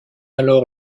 alors